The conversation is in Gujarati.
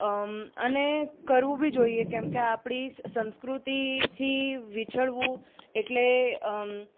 અને કરવું બી જોઈએ કેમ કે આપણી સંસ્કૃતિથી વિસરવું એટલે